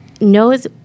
knows